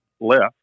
left